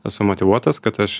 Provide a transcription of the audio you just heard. esu motyvuotas kad aš